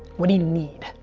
what do you need?